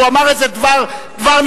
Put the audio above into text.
הוא אמר איזה דבר נבלה?